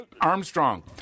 Armstrong